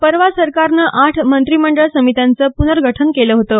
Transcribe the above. परवा सरकारनं आठ मंत्रिमंडळ समित्यांचं पूनर्गठन केलं होतं